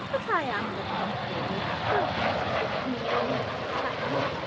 but i am looking forward so much to the funeral, mr chapman.